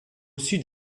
sud